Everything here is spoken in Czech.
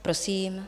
Prosím.